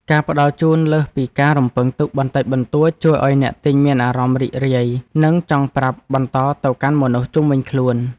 ការផ្តល់ជូនលើសពីការរំពឹងទុកបន្តិចបន្តួចជួយឱ្យអ្នកទិញមានអារម្មណ៍រីករាយនិងចង់ប្រាប់បន្តទៅកាន់មនុស្សជុំវិញខ្លួន។